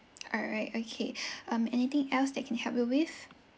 all right okay um anything else that can help you with